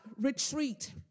retreat